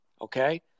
okay